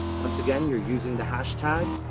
once again you're using the hash tag.